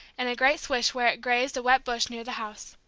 and a great swish where it grazed a wet bush near the house.